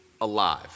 alive